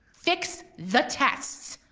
fix the tests,